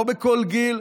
לא בכל גיל,